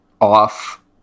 off